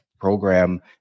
program